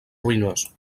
ruïnós